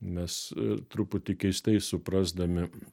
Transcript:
mes truputį keistai suprasdami